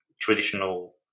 traditional